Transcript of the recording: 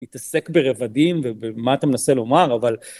התעסק ברבדים ובמה אתה מנסה לומר, אבל...